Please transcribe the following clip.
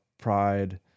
pride